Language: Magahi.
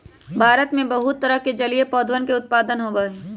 भारत में बहुत तरह के जलीय पौधवन के उत्पादन होबा हई